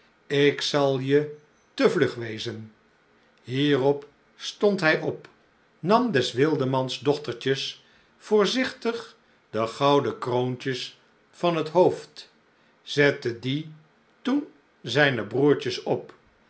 ik zal je te vlug wezen hierop stond hij op nam des wildemans dochtertjes voozigtig de gouden kroontjes van het hoofd zette die toen zijne broertjes op